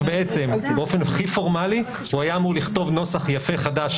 באופן הכי פורמלי הוא היה אמור לכתוב נוסח יפה חדש,